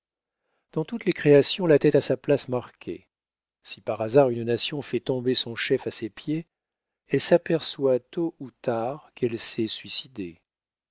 dans toutes les créations la tête a sa place marquée si par hasard une nation fait tomber son chef à ses pieds elle s'aperçoit tôt ou tard qu'elle s'est suicidée